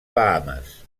bahames